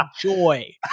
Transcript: joy